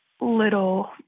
little